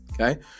Okay